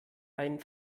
ein